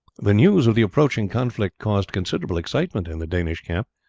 the news of the approaching conflict caused considerable excitement in the danish camp,